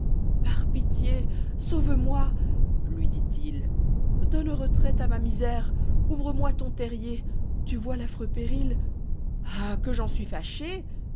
par pitié sauve-moi lui dit-il donne retraité à ma misère ouvre-moi ton terrier tu vois l'affreux péril ah que j'en suis fâché